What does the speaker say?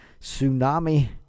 tsunami